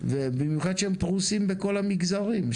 ובמיוחד שהם פרוסים בכל המגזרים.